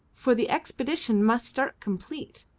for the expedition must start complete,